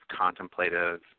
contemplative